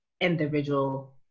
individual